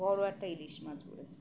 বড় একটা ইলিশ মাছ পড়ছে